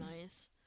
nice